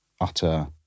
utter